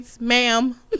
ma'am